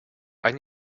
ein